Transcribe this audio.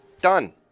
Done